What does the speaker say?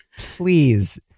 Please